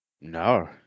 No